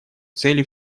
цели